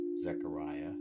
Zechariah